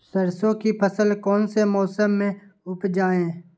सरसों की फसल कौन से मौसम में उपजाए?